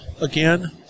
again